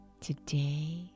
Today